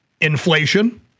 inflation